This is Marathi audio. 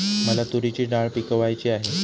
मला तूरीची डाळ पिकवायची आहे